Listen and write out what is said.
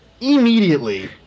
immediately